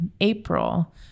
April